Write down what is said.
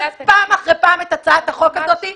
לגבי ----- פעם אחר פעם את הצעת החוק הזאת.